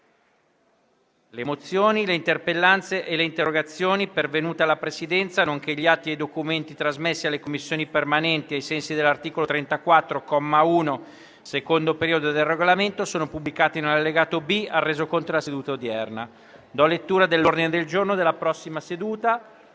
Le mozioni, le interpellanze e le interrogazioni pervenute alla Presidenza, nonché gli atti e i documenti trasmessi alle Commissioni permanenti ai sensi dell'articolo 34, comma 1, secondo periodo, del Regolamento sono pubblicati nell'allegato B al Resoconto della seduta odierna. **Ordine del giorno per la seduta